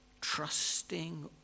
trusting